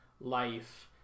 life